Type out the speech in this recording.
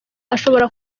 ashobora